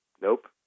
Nope